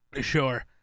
Sure